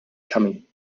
coming